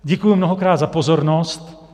Děkuji mnohokrát za pozornost.